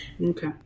Okay